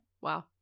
Wow